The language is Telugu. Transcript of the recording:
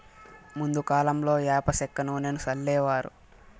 ముందు కాలంలో యాప సెక్క నూనెను సల్లేవారు